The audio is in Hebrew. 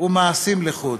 ומעשים לחוד.